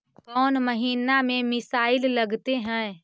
कौन महीना में मिसाइल लगते हैं?